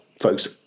folks